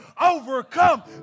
overcome